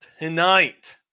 tonight